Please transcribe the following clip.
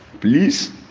please